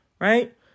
right